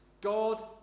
god